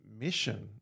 mission